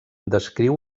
descriu